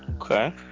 Okay